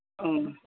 అవును